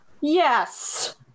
Yes